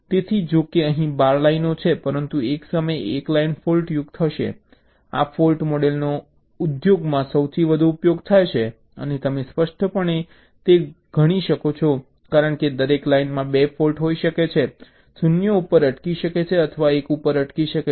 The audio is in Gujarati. તેથી જો કે અહીં 12 લાઈનો છે પરંતુ એક સમયે 1 લાઈન ફૉલ્ટયુક્ત હશે આ ફૉલ્ટ મોડલનો ઉદ્યોગમાં સૌથી વધુ ઉપયોગ થાય છે અને તમે સ્પષ્ટપણે તે ગણી શકો છો કારણ કે દરેક લાઇનમાં 2 ફૉલ્ટ હોઈ શકે છે 0 ઉપર અટકી શકે છે અથવા 1 ઉપર અટકી શકે છે